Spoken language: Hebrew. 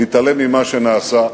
להתעלם ממה שנעשה.